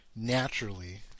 naturally